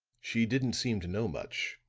she didn't seem to know much,